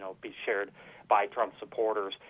so be shared by trump supporters,